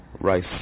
rice